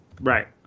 Right